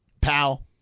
Pal